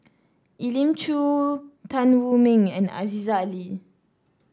Elim Chew Tan Wu Meng and Aziza Ali